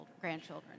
grandchildren